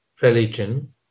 religion